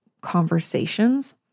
conversations